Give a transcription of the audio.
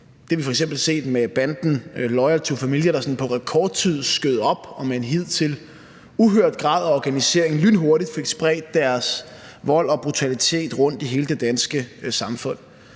har vi f.eks. set med banden Loyal To Familia, der på rekordtid skød op og med en hidtil uhørt grad af organisering lynhurtigt fik spredt deres vold og brutalitet rundt i hele det danske samfund.